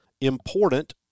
important